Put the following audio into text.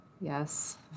Yes